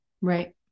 right